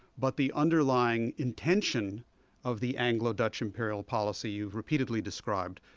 but the underlying intention of the anglo-dutch imperial policy you've repeatedly described,